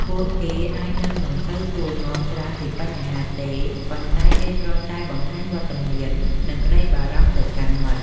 ពួកគេអាចនឹងមិនសូវសួរនាំច្រើនពីបញ្ហាទេ ប៉ុន្តែគេគ្រាន់តែបង្ហាញវត្តមាន និងក្ដីបារម្ភទៅកាន់មិត្ត។